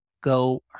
go